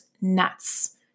nuts